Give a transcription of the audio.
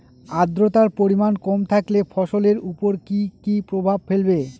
আদ্রর্তার পরিমান কম থাকলে ফসলের উপর কি কি প্রভাব ফেলবে?